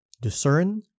Discern